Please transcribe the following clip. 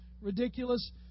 ridiculous